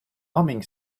humming